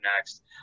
next